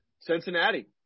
Cincinnati